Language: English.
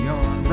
on